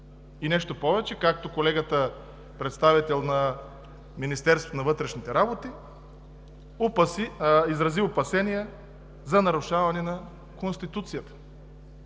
И нещо повече – колегата, представител на Министерството на вътрешните работи, изрази опасения за нарушаване на Конституцията.